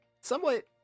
somewhat